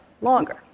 longer